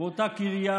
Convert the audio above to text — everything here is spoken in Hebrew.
באותה קריה